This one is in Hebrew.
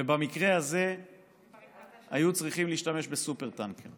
ובמקרה הזה היו צריכים להשתמש בסופר-טנקר